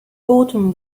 autumn